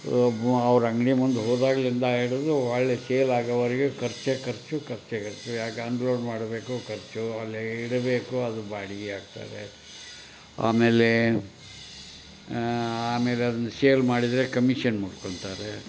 ಅವ್ರು ಅಂಗಡಿ ಮುಂದೆ ಹೋದಾಗಲಿಂದ ಹಿಡಿದು ಒಳ್ಳೆ ಸೇಲ್ ಆಗೋವರೆಗು ಖರ್ಚೆ ಖರ್ಚು ಖರ್ಚೆ ಖರ್ಚು ಆಗ ಅನ್ಲೋಡ್ ಮಾಡಬೇಕು ಖರ್ಚು ಅಲ್ಲೇ ಇಡಬೇಕು ಅದು ಬಾಡಿಗೆ ಹಾಕ್ತಾರೆ ಆಮೇಲೆ ಆಮೇಲೆ ಅದನ್ನ ಸೇಲ್ ಮಾಡಿದರೆ ಕಮಿಷನ್ ಮಾಡ್ಕೊಳ್ತಾರೆ